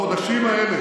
בחודשים האלה,